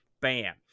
Bam